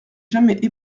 jamais